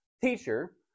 Teacher